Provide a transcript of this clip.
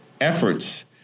efforts